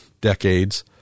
decades